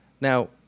Now